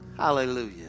Hallelujah